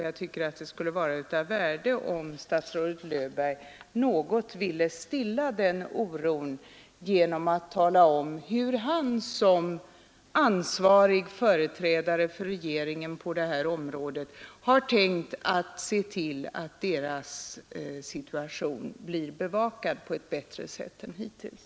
Jag tycket att det skulle vara av värde om statsrådet Löfberg något ville stilla den oron genom att tala om hur han som ansvarig företrädare för regeringen på detta område har tänkt se till att deras situation bevakas på ett bättre sätt än hittills.